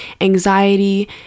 anxiety